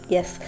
Yes